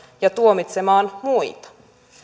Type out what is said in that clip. ja tuomitsemaan muita